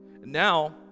Now